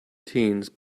teens